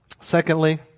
Secondly